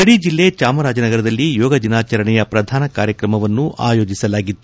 ಗಡಿ ಜೆಲ್ಲೆ ಚಾಮರಾಜನಗರದಲ್ಲಿ ಯೋಗ ದಿನಾಚರಣೆಯ ಪ್ರಧಾನ ಕಾರ್ಯಕ್ರಮವನ್ನು ಆಯೋಜಿಸಲಾಗಿತ್ತು